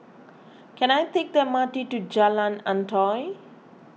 can I take the M R T to Jalan Antoi